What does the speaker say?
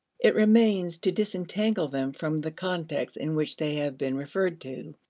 it remains to disentangle them from the context in which they have been referred to,